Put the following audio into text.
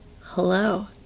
Hello